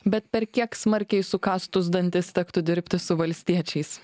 bet per kiek smarkiai sukąstus dantis tektų dirbti su valstiečiais